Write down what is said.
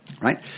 Right